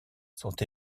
sont